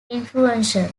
influential